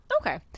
Okay